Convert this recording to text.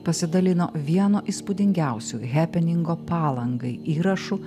pasidalino vieno įspūdingiausių hepeningo palangai įrašu